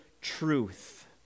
truth